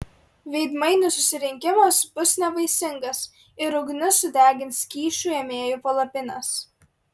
veidmainių susirinkimas bus nevaisingas ir ugnis sudegins kyšių ėmėjų palapines